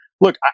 look